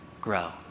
grow